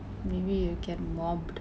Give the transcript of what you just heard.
maybe you'll get mobbed